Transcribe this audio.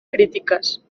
crítiques